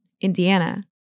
Indiana